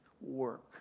work